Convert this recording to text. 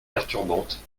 perturbante